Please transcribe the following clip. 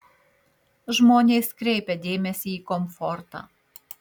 žmonės kreipia dėmesį į komfortą